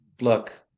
look